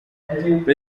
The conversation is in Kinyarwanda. perezida